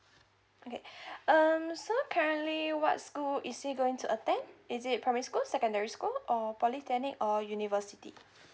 okay um so currently what school is he going to attend is it primary school secondary school or polytechnic or university